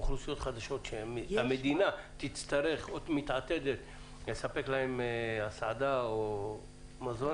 אוכלוסיות חדשות שהמדינה מתעתדת לספק להם הסעדה או מזון,